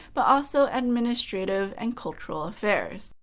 but also administrative and cultural affairs.